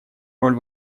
роль